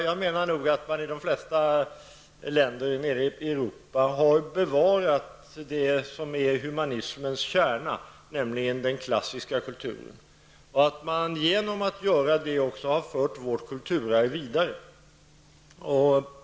Jag menar att man i de flesta länder nere i Europa har bevarat det som är humanismens kärna, nämligen den klassiska kulturen, och att man genom att göra det också har fört vårt kulturarv vidare.